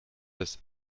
bis